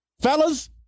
fellas